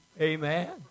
Amen